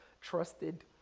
trusted